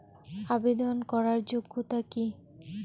আবেদন করার যোগ্যতা কি?